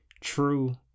true